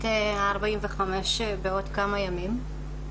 בת 45 בעוד כמה ימים.